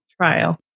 trial